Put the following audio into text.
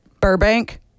Burbank